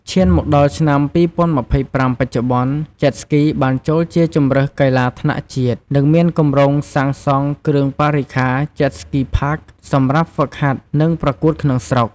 ឈានមកដល់ឆ្នាំ ២០២៥បច្ចុប្បន្ន Jet Ski បានចូលជាជម្រើសកីឡាថ្នាក់ជាតិ និងមានគម្រោងសាងសង់គ្រឿងបរិក្ខារ Jet Ski Park សម្រាប់ហ្វឹកហាត់ និងប្រកួតក្នុងស្រុក។